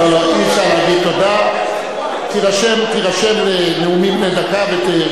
נבקש להודיע שאני נכחתי בהצבעה ולא הצבעתי.